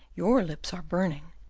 your lips are burning.